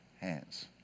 hands